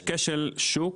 כשל שוק,